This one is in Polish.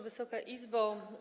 Wysoka Izbo!